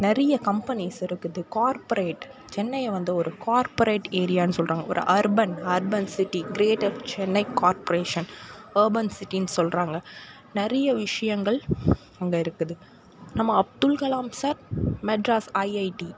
நிறைய கம்பெனிஸ் இருக்குது கார்ப்பரேட் சென்னையை வந்து ஒரு கார்ப்பரேட் ஏரியான்னு சொல்கிறாங்க ஒரு urban urban city creator Chennai corporation urban சிட்டின்னு சொல்கிறாங்க நிறைய விஷயங்கள் அங்கே இருக்குது நம்ம அப்துல்கலாம் சார் மெட்ராஸ் ஐஐடி